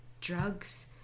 drugs